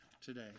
today